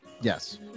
Yes